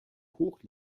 hoch